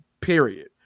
period